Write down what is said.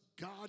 God